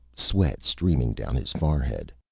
sweat streaming down his forehead.